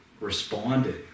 responded